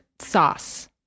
sauce